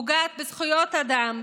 פוגעת בזכויות אדם,